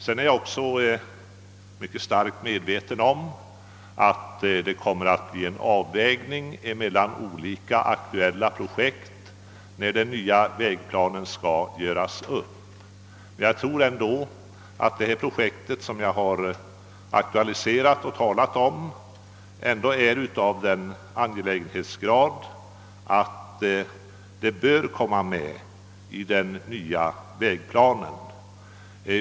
Jag är också mycket starkt medveten om att det kommer att bli fråga om en avvägning mellan olika aktuella projekt när den nya vägplanen skall göras upp. Jag tror emellertid ändå att det projekt som jag aktualiserat är av sådan angelägenhetsgrad att det bör komma med i den nya vägplanen.